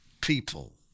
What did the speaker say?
people